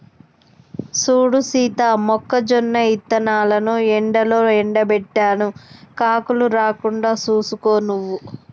సూడు సీత మొక్కజొన్న ఇత్తనాలను ఎండలో ఎండబెట్టాను కాకులు రాకుండా సూసుకో నువ్వు